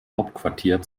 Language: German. hauptquartier